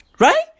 Right